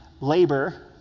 labor